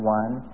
one